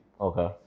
okay